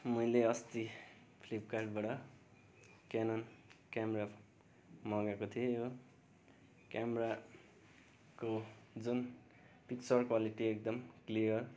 मैले अस्ति फ्लिपकार्टबाट क्यानन क्यामरा मगाएको थिएँ हो क्यामराको जुन पिक्चर क्वालिटी एकदम क्लियर